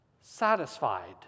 satisfied